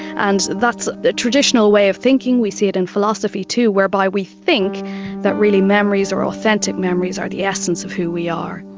and that's a traditional way of thinking. we see it in philosophy too whereby we think that really memories or authentic memories are the essence of who we are.